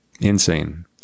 insane